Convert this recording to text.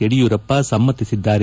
Yediyurappa ಸಮ್ನತಿಸಿದ್ದಾರೆ